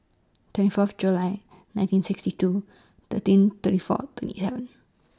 twenty Fourth July nineteen sixty two thirteen thirty four twenty seven